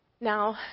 Now